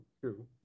true